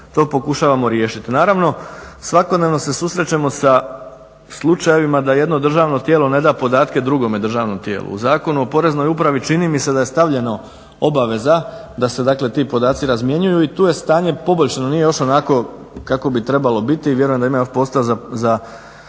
to pokušavamo riješiti. Naravno, svakodnevno se susrećemo sa slučajevima da jedno državno tijelo ne da podatke drugom državnom tijelu. U Zakonu o poreznoj upravi čini mi se da je stavljeno obaveza da se dakle ti podaci razmjenjuju i tu je stanje poboljšano, nije još onako kako bi trebalo biti, vjerujem da ima još posla da